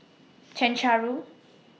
Chencharu